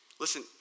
Listen